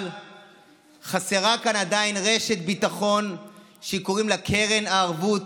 אבל חסרה כאן עדיין רשת ביטחון שקוראים לה "קרן הערבות",